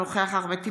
אינו נוכח אבי דיכטר,